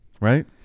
right